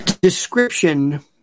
description